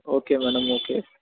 okay madam okay